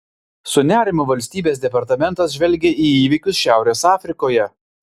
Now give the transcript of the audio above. su nerimu valstybės departamentas žvelgia į įvykius šiaurės afrikoje